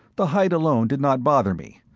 the height alone did not bother me,